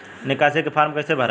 निकासी के फार्म कईसे भराई?